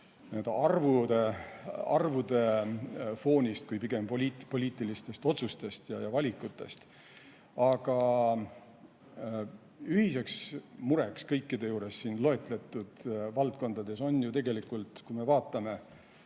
arvude foonist, kuivõrd pigem poliitilistest otsustest ja valikutest. Aga ühine mure kõikides siin loetletud valdkondades on ju tegelikult, kui me vaatame,